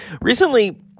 Recently